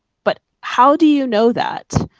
but how do you know that?